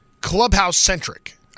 clubhouse-centric